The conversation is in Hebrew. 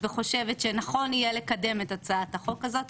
וחושבת שנכון יהיה לקדם את הצעת החוק הזאת,